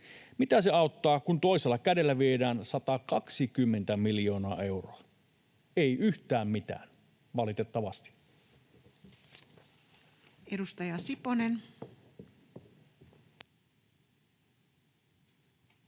Mitä se auttaa, kun toisella kädellä viedään 120 miljoonaa euroa? Ei yhtään mitään, valitettavasti. Edustaja Siponen.